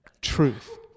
Truth